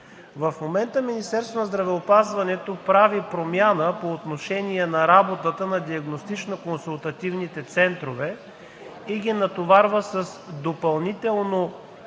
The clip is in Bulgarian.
В момента Министерството на здравеопазването прави промяна по отношение на работата на диагностично-консултативните центрове и ги натоварва с допълнително